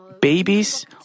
babies